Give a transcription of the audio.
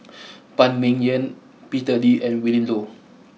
Phan Ming Yen Peter Lee and Willin Low